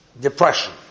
Depression